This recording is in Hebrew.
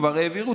כבר העבירו